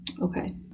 okay